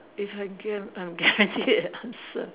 if I get I'm guaranteed an answer